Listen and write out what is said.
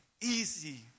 easy